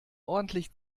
ordentlich